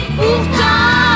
pourtant